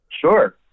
Sure